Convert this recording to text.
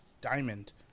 Diamond